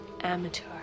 amateur